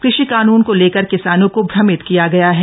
कृषि कानून को लेकर किसानों को भ्रमित किया गया है